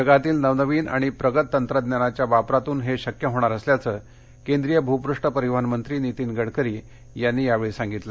जगातील नवनवीन आणि प्रगत तंत्रज्ञानाच्या वापरातून हे शक्य होणार असल्याचं केंद्रीय भूपष्ठ परिवहनमंत्री नितीन गडकरी यांनी यावेळी सांगितलं